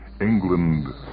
England